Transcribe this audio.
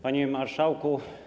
Panie Marszałku!